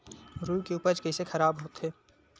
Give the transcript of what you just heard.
रुई के उपज कइसे खराब होथे?